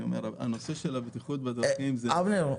הנושא של הבטיחות בדרכים --- אבנר,